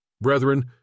brethren